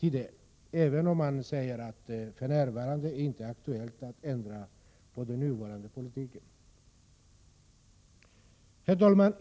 till en arbetskraftsimport, även om man säger att det för närvarande inte är aktuellt att ändra på den nuvarande politiken. Herr talman!